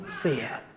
fear